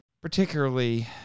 particularly